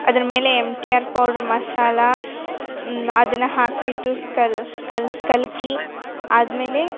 ಅದರ ಮೇಲೆ M T R powder ಮಸಾಲೆ ಅದನ್ನ ಹಾಕ್ಬಿಟ್ಟು ಕಲ್ಕಿ ಆದ್ಮೇಲೆ